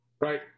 Right